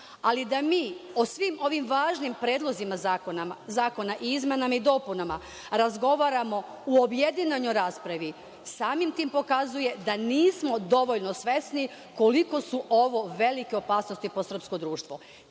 Ali, da mi o svim ovim važnim predlozima zakona, izmenama i dopunama, razgovaramo u objedinjenoj raspravi, samim tim pokazuje da nismo dovoljno svesni koliko su ovo velike opasnosti po srpsko društvo.